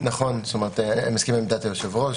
אני מסכים עם עמדת היושב-ראש.